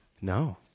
No